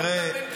תראה,